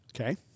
Okay